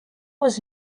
was